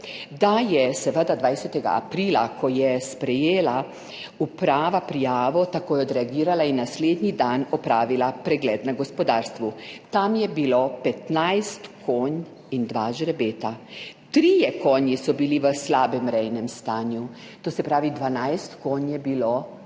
da je seveda 20. aprila, ko je sprejela uprava prijavo, takoj odreagirala in naslednji dan opravila pregled na gospodarstvu. Tam je bilo 15 konj in 2 žrebeta, 3. konji so bili v slabem rejnem stanju, to se pravi, 12 konj je bilo,